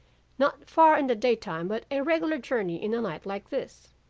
not far in the daytime but a regular journey in a night like this